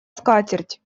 скатерть